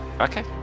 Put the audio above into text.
Okay